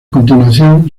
continuación